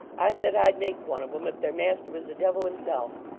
i said i'd make one of em, if their master was the devil himself.